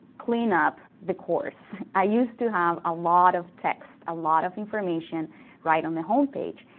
clean up the course. i used to have a lot of text, a lot of information right on the homepage.